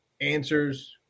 answers